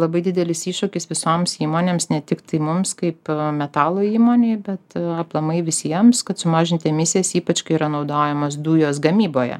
labai didelis iššūkis visoms įmonėms ne tik tai mums kaip metalo įmonei bet aplamai visiems kad sumažinti emisijas ypač kai yra naudojamos dujos gamyboje